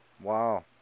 Wow